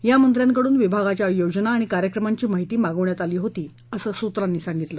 या मंत्र्यांकडून विभागाच्या योजना आणि कार्यक्रमांची माहिती मागवण्यात आली होती असं सूत्रांनी सांगितलं